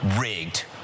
rigged